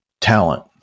talent